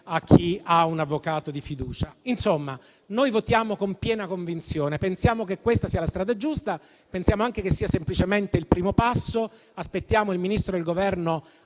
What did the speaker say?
a chi ha un avvocato di fiducia. Insomma, noi votiamo con piena convinzione e pensiamo che questa sia la strada giusta. Pensiamo anche che sia semplicemente il primo passo e aspettiamo il Ministro e il Governo